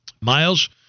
Miles